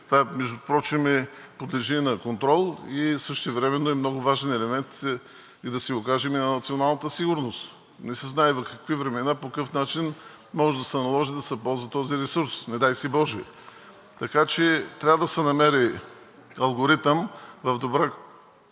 Между другото, подлежи и на контрол и същевременно е много важен елемент да си го кажем и на националната сигурност. Не се знае в какви времена, по какъв начин може да се наложи да се ползва този ресурс, не дай боже. Така че трябва да се намери алгоритъм в добра